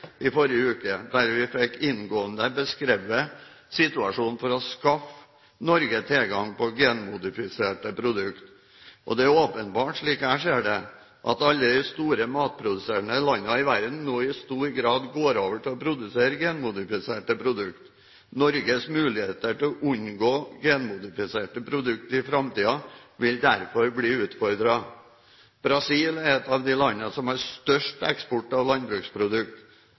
i forrige uke, der vi fikk inngående beskrevet situasjonen for å skaffe Norge tilgang på GMO-frie produkter. Det er åpenbart, slik jeg ser det, at alle de store matproduserende land i verden nå i stor grad går over til å produsere genmodifiserte produkter. Norges muligheter til å unngå genmodifiserte produkter i framtiden vil derfor bli utfordret. Brasil er et av de landene som har størst eksport av